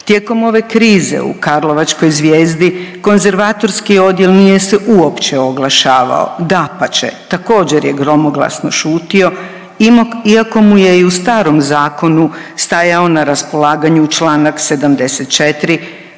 tijekom ove krize u karlovačkoj Zvijezdi konzervatorski odjel nije se uopće oglašavao, dapače također je gromoglasno šutio, iako mu je i u starom zakonu stajao na raspolaganju članak 74.